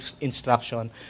instruction